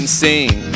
sing